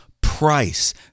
price